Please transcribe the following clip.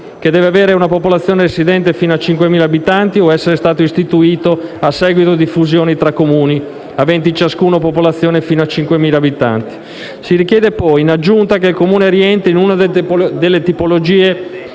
che deve avere una popolazione residente fino a 5.000 abitanti o essere stato istituito a seguito di fusione tra Comuni aventi ciascuno popolazione fino a 5.000 abitanti. Si richiede poi, in aggiunta, che il Comune rientri in una delle tipologie